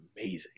amazing